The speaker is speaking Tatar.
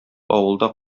авылда